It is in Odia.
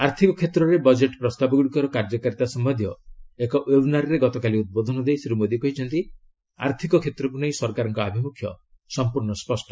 ଆର୍ଥିକ କ୍ଷେତ୍ରରେ ବଜେଟ୍ ପ୍ରସ୍ତାବଗୁଡ଼ିକର କାର୍ଯ୍ୟକାରିତା ସମ୍ପନ୍ଧୀୟ ଏକ ଓ୍ପେବ୍ନାର୍ରେ ଗତକାଲି ଉଦ୍ବୋଧନ ଦେଇ ଶ୍ରୀ ମୋଦୀ କହିଛନ୍ତି ଆର୍ଥିକ କ୍ଷେତ୍ରକୁ ନେଇ ସରକାରଙ୍କ ଅଭିମୁଖ୍ୟ ସମ୍ପର୍ଣ୍ଣ ସ୍ୱଷ୍ଟ